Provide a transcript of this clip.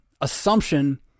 assumption